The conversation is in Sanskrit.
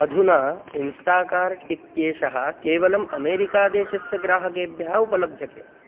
अधुना इन्स्टा कार्ट् इत्येषः केवलम् अमेरिकादेशस्य ग्राहकेभ्यः उपलभ्यते